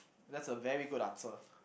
that's a very good answer